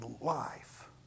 life